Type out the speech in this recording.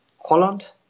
Holland